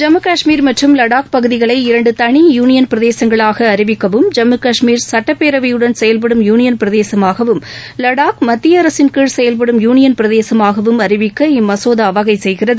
ஜம்மு கஷ்மீர் மற்றும் லடாக் பகுதிகளை இரண்டுதனி யூனியன் பிரதேசங்களாகஅறிவிக்கவும் ஜம்மு கஷ்மீர் சட்டப்பேரவையுடன் செயல்படும் யூளியன் பிரதேசமாகவும் லடாக் மத்தியஅரசின் கீழ் செயல்படும் யூனியன் பிரதேசமாகவும் அறிவிக்க இம்மசோதாவகைசெய்கிறது